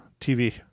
tv